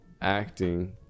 acting